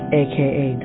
aka